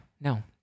no